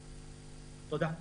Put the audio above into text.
תודה.